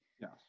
Yes